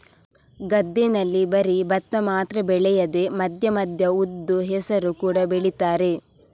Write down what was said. ಗದ್ದೆನಲ್ಲಿ ಬರೀ ಭತ್ತ ಮಾತ್ರ ಬೆಳೆಯದೆ ಮಧ್ಯ ಮಧ್ಯ ಉದ್ದು, ಹೆಸರು ಕೂಡಾ ಬೆಳೀತಾರೆ